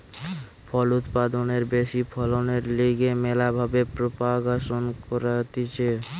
ফল উৎপাদনের ব্যাশি ফলনের লিগে ম্যালা ভাবে প্রোপাগাসন ক্যরা হতিছে